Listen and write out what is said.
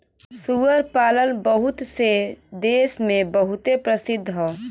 सूअर पालन बहुत से देस मे बहुते प्रसिद्ध हौ